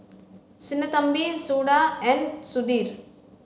Sinnathamby Suda and Sudhir